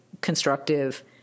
constructive